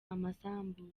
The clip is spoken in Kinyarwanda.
amasambu